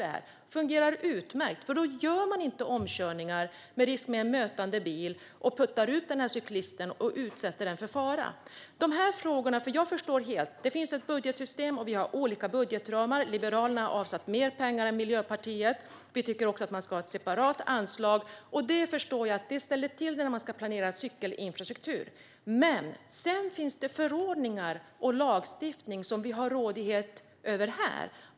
Det fungerar utmärkt, för med detta gör man inte omkörningar med risk för att möta en bil och för att putta ut cyklister och utsätta dem för fara. Jag vet att det finns ett budgetsystem och att vi har olika budgetramar. Liberalerna har avsatt mer pengar än Miljöpartiet. Vi tycker också att man ska ha ett separat anslag. Jag förstår helt och hållet att det ställer till det när man ska planera cykelinfrastruktur. Men det finns också förordningar och lagstiftning som vi har rådighet över här.